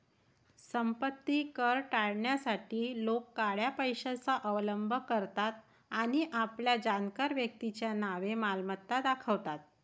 संपत्ती कर टाळण्यासाठी लोक काळ्या पैशाचा अवलंब करतात आणि आपल्या जाणकार व्यक्तीच्या नावे मालमत्ता दाखवतात